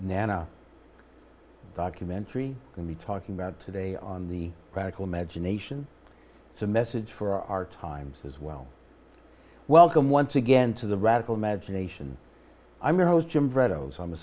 nana documentary can be talking about today on the radical imagination it's a message for our times as well welcome once again to the radical imagination i'm